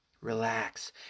relax